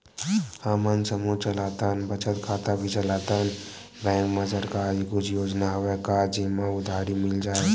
हमन समूह चलाथन बचत खाता भी चलाथन बैंक मा सरकार के कुछ योजना हवय का जेमा उधारी मिल जाय?